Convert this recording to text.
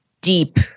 deep